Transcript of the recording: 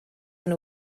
nhw